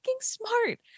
smart